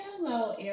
Hello